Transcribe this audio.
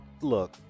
look